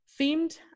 Themed